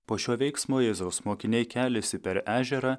po šio veiksmo jėzaus mokiniai keliasi per ežerą